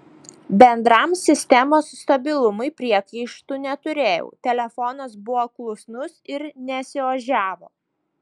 bendram sistemos stabilumui priekaištų neturėjau telefonas buvo klusnus ir nesiožiavo